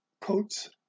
coats